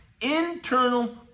internal